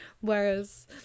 whereas